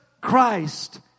Christ